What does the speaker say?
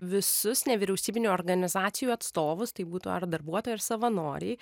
visus nevyriausybinių organizacijų atstovus tai būtų ar darbuotojai ar savanoriai